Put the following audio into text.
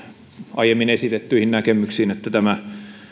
aiemmin esitettyihin näkemyksiin että tämä